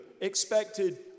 expected